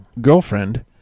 Girlfriend